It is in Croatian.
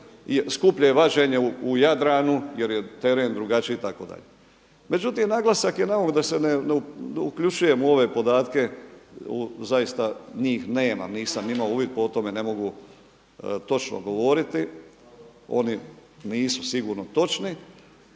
skuplje je vađenje u Jadranu jer je teren drugačiji itd. Međutim naglasak je na ovo da se ne uključujem u ove podatke, zaista njih nemam nisam imao uvid pa o tome ne mogu točno govoriti, oni nisu sigurno točni,